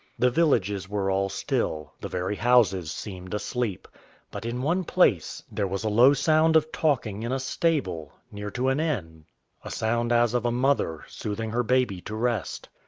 the villages were all still the very houses seemed asleep but in one place there was a low sound of talking in a stable, near to an inn a sound as of a mother soothing her baby to rest.